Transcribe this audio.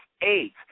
eight